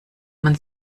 man